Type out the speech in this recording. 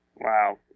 Wow